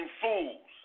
fools